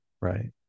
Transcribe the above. right